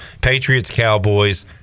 Patriots-Cowboys